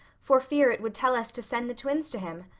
for fear it would tell us to send the twins to him.